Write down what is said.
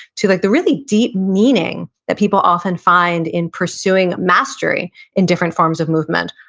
to like the really deep meaning that people often find in pursuing mastery in different forms of movement,